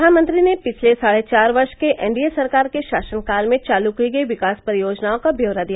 प्रधानमंत्री ने पिछले साढ़े चार वर्ष के एनडीए सरकार के शासनकाल में चालू की गर्यी विकास परियोजनाओं का ब्यौरा दिया